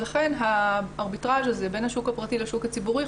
לכן הארביטראז' הזה בין השוק הפרטי לשוק הציבורי,